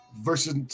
Versus